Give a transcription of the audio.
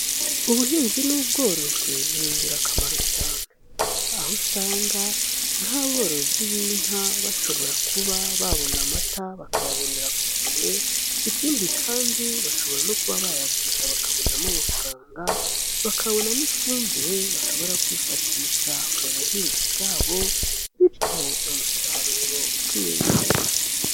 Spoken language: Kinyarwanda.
Ubuhinzi n'ubworozi ni ingirakamaro cyane, aho usanga nk'aborozi b'inka bashobora kuba babona amata bakayabonera ku gihe, ikindi kandi bashobora no kuba bayagurisha bakabonamo amafaranga, bakabona n'ifumbire bashobora kwifashisha mu buhinzi bwabo, bityo umusaruro ukiyongera.